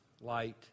light